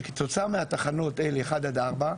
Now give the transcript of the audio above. שכתוצאה מהתחנות 1-4,